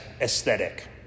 aesthetic